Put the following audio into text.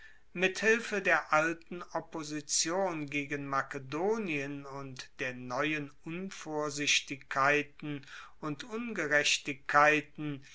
mit hilfe der alten opposition gegen makedonien und der neuen unvorsichtigkeiten und ungerechtigkeiten